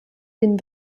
den